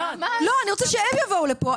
אני רוצה שהם יבואו לפה,